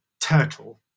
turtle